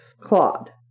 Claude